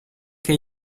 che